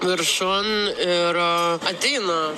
viršun ir ateina